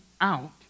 out